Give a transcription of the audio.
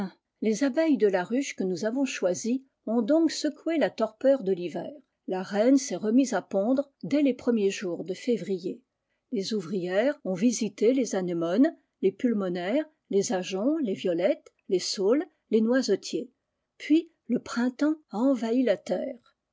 les abeilles de la ruche que nous ayons choisie ont donc secoué la torpeur de l'hiver la reine s'est remise à pondre dès les premiers jours de février les ouvrières ont visité les anémones les pulmonaires les ajoncs les violettes les saules les noisetiers puis le printemps a envahi la terre